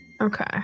Okay